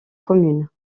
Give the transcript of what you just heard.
commune